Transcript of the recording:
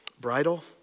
Bridle